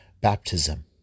baptism